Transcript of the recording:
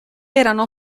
erano